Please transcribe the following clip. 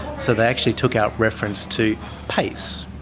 so they actually took out reference to payce.